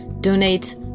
donate